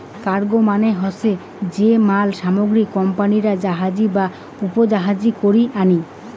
cargo মানে হসে যে মাল সামগ্রী কোম্পানিরা জাহাজী বা উড়োজাহাজী করি আনি